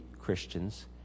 Christians